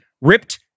ripped